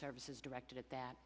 services directed at that